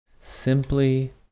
simply